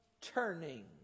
turning